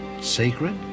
sacred